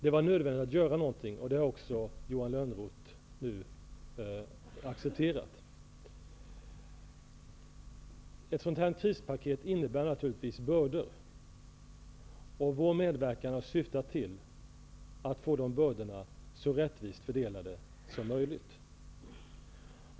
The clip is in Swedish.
Det var nödvändigt att göra något, vilket Johan Lönnroth nu har accepterat. Ett sådant krispaket innebär naturligtvis bördor. Vår medverkan har syftat till att få dessa bördor så rättvist fördelade som möjligt.